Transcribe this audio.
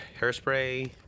hairspray